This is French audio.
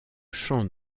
chant